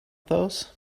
those